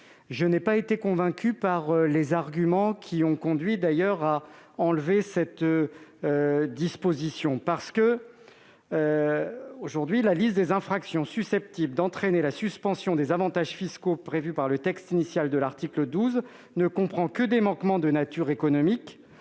pas été convaincu par les arguments qui ont conduit à opérer cette modification. Aujourd'hui, la liste des infractions susceptibles d'entraîner la suspension des avantages fiscaux prévus par le texte initial de l'article 12 ne comprend que des manquements de nature économique